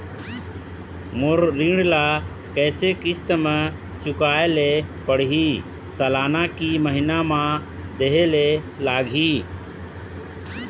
मोर ऋण ला कैसे किस्त म चुकाए ले पढ़िही, सालाना की महीना मा देहे ले लागही?